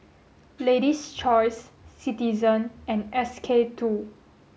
lady's Choice Citizen and S K two